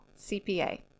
CPA